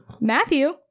matthew